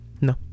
No